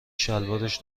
شلوارش